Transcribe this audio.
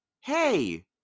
Hey